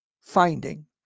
finding